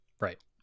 right